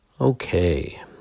Okay